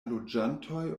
loĝantoj